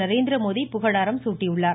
நரேந் திர மோடி புகழாரம் சூட்டிடள்ளர்